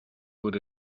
put